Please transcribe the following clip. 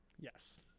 Yes